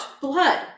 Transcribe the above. blood